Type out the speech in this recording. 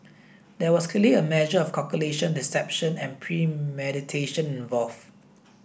there was clearly a measure of calculation deception and premeditation involved